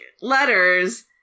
letters